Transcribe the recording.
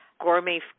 gourmet